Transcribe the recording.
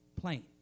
plain